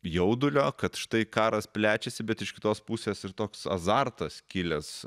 jaudulio kad štai karas plečiasi bet iš kitos pusės ir toks azartas kilęs